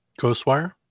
Ghostwire